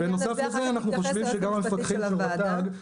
בעניין הזה אחר כך תתייחס היועצת המשפטית של הוועדה.